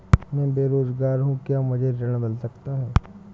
मैं बेरोजगार हूँ क्या मुझे ऋण मिल सकता है?